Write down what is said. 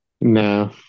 No